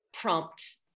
prompt